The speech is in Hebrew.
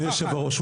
אדוני יושב-הראש,